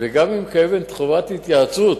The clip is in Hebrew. וגם אם קיימת חובת התייעצות